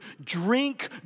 Drink